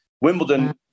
Wimbledon